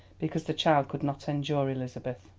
because the child could not endure elizabeth.